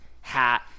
hat